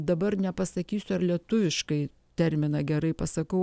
dabar nepasakysiu ar lietuviškai terminą gerai pasakau